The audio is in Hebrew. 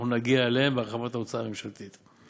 אנחנו נגיע אליהם בהרחבת ההוצאה הממשלתית.